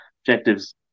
objectives